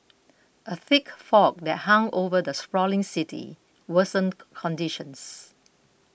a thick fog that hung over the sprawling city worsened conditions